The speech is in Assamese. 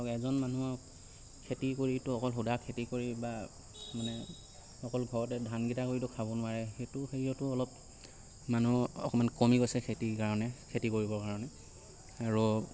ধৰক এজন মানুহক খেতি কৰিতো অকল সোদা খেতি কৰি বা মানে অকল ঘৰতে ধানকেইটা কৰিতো খাব নোৱাৰে সেইটো হেৰিয়তো অলপ মানুহ অকণমান কমি গৈছে খেতিৰ কাৰণে খেতি কৰিবৰ কাৰণে আৰু